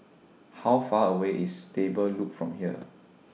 How Far away IS Stable Loop from here